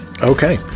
Okay